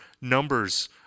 numbers